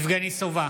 יבגני סובה,